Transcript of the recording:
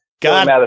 God